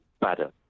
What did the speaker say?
better